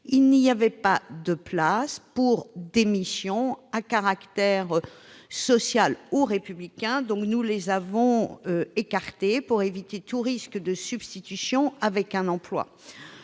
n'y avait pas de place pour des missions à caractère social ou républicain en leur sein. Nous les avons donc écartées pour éviter tout risque de substitution à un emploi.